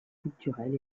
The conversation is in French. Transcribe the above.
culturelle